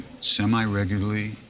semi-regularly